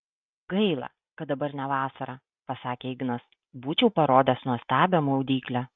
gaila kad dabar ne vasara pasakė ignas būčiau parodęs nuostabią maudyklę